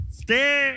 stay